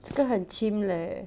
这个很 chim leh